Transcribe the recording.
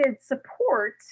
support